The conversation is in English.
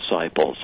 disciples